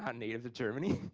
ah native to germany.